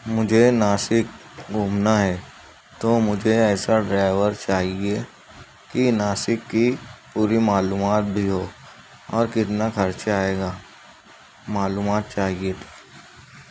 مجھے ناسک گھومنا ہے تو مجھے ایسا ڈرائیور چاہیے کہ ناسک کی پوری معلومات بھی ہو اور کتنا خرچہ آئے گا معلومات چاہیے تھی